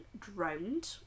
drowned